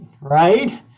right